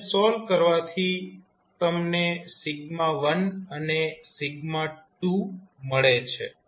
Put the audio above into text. આને સોલ્વ કરવાથી તમને 1 અને 2 મળે છે